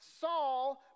Saul